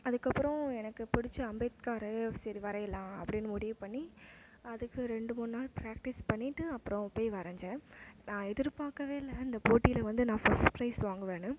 அதுக்கப்புறோம் எனக்கு பிடிச்ச அம்பேத்கர் சரி வரையலாம் அப்படின்னு முடிவுப் பண்ணி அதுக்கு ரெண்டு மூண் நாள் ப்ராக்டீஸ் பண்ணிவிட்டு அப்புறம் போயி வரஞ்சேன் நான் எதிர்பார்க்கவே இல்லை அந்த போட்டியில வந்து நான் ஃபர்ஸ்ட் பிரைஸ் வாங்குவேன்னு